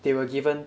they were given